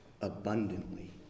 abundantly